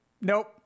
nope